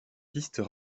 pistes